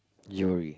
jewellery